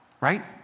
Right